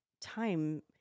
time